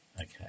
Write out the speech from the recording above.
Okay